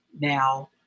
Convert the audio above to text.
now